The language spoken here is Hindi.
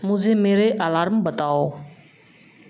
मुझे मेरे अलार्म बताओ